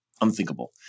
unthinkable